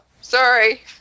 sorry